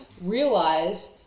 realize